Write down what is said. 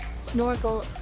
Snorkel